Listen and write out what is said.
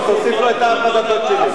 תוסיף לו את הארבע דקות שלי.